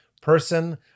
person